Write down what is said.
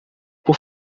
por